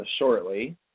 shortly